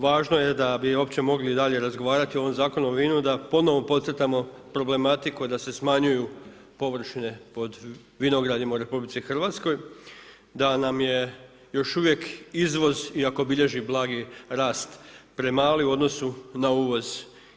Važno je da bi uopće mogli dalje razgovarati o ovom Zakonu o vinu da ponovno podcrtamo problematiku da se smanjuju površine pod vinogradima u RH, da nam je još uvijek izvoz iako bilježi blagi rast premali u odnosu na uvoz.